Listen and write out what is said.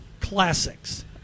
classics